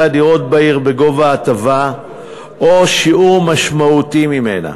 הדירות בעיר בגובה ההטבה או שיעור משמעותי ממנה.